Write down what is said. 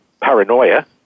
paranoia